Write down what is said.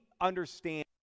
understand